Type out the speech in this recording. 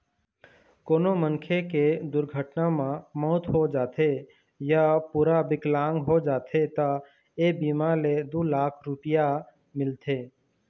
कोनो मनखे के दुरघटना म मउत हो जाथे य पूरा बिकलांग हो जाथे त ए बीमा ले दू लाख रूपिया मिलथे